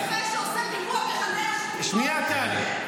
רופא שעושה פיגוע בחדרה --- שנייה, טלי.